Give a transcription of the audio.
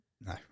No